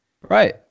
Right